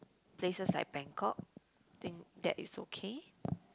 places like Bangkok then that is okay